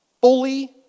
fully